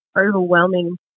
overwhelming